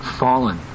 fallen